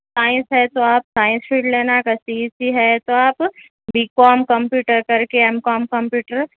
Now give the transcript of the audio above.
science ہے تو آپ سائنس فیلڈ لینا اگر سی جی سی ہے تو آپ بی کوم کمپیوٹر کر کے ایم کوم کمپیوٹر